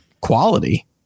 quality